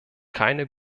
keine